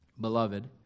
Beloved